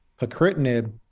pacritinib